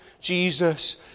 Jesus